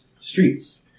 streets